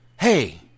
hey